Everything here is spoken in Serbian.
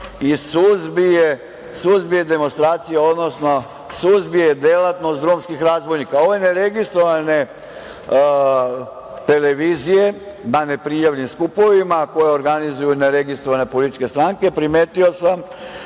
i suzbije demonstracije, odnosno suzbije delatnost drumskih razbojnika. Ove neregistrovane televizije na neprijavljenim skupovima, koje organizuju neregistrovane političke stranke, primetio sam